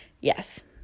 yes